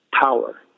power